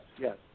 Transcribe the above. yes